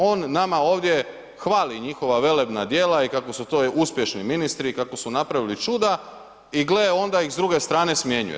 On nama ovdje hvali njihova velebna djela i kako su to uspješni ministri i kako su napravili čuda i gle onda ih s druge strane smjenjuje.